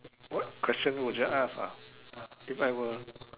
what questions would you ask ah if I were